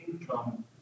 income